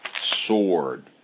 sword